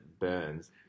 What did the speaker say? burns